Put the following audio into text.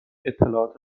اطلاعات